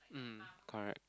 mm correct